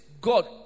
God